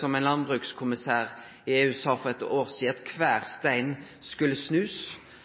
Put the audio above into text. som ein landbrukskommissær i EU sa for eitt år sidan, at ein skulle snu kvar stein.